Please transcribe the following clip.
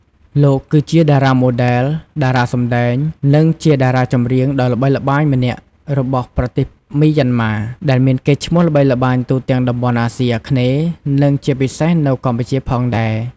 លោកគឺជាតារាម៉ូដែល តារាសម្តែង និងជាតារាចម្រៀងដ៏ល្បីល្បាញម្នាក់របស់ប្រទេសមីយ៉ាន់ម៉ា ដែលមានកេរ្តិ៍ឈ្មោះល្បីល្បាញទូទាំងតំបន់អាស៊ីអាគ្នេយ៍ និងជាពិសេសនៅកម្ពុជាផងដែរ ។